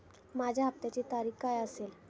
माझ्या हप्त्याची तारीख काय असेल?